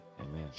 Amen